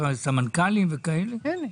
סמנכ"לים ואחרים?